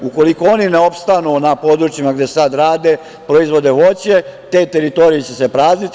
Ukoliko oni ne opstanu na područjima gde sad rade, proizvode voće, te teritorije će se prazniti.